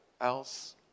else